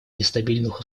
нестабильных